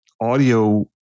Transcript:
audio